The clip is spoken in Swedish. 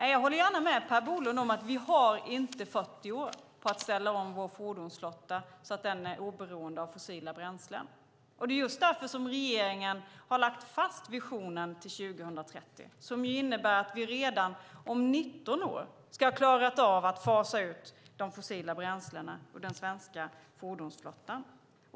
Jag håller gärna med Per Bolund om att vi inte har 40 år på oss att ställa om vår fordonsflotta till att bli oberoende av fossila bränslen. Det är därför som regeringen har lagt fast visionen till 2030. Det innebär att vi redan om 19 år ska ha klarat av att fasa ut fossila bränslen ur den svenska fordonsflottan.